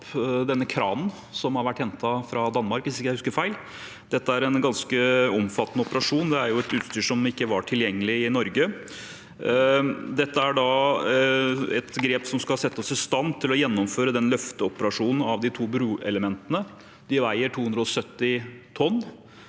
opp kranen som har vært hentet fra Danmark, hvis jeg ikke husker feil. Dette er en ganske omfattende operasjon. Det er utstyr som ikke var tilgjengelig i Norge. Dette er et grep som skal sette oss i stand til å gjennomføre løfteoperasjonen av de to bruelementene. De veier 270 tonn,